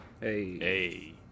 hey